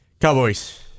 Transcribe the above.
Cowboys